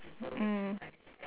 mm